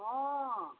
हँ